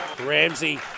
Ramsey